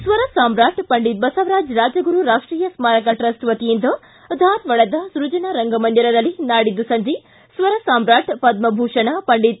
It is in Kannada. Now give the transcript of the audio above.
ಸ್ವರಸಾಮ್ರಾಟ ಪಂಡಿತ ಬಸವರಾಜ ರಾಜಗುರು ರಾಷ್ಟೀಯ ಸ್ಥಾರಕ ಟ್ರಸ್ಟ್ ವತಿಯಿಂದ ಧಾರವಾಡದ ಸೈಜನಾ ಮಂದಿರದಲ್ಲಿ ನಾಡಿದ್ದು ಸಂಜೆ ಸ್ವರಸಾಮ್ರಾಟ ಪದ್ಮಭೂಷಣ ಪಂ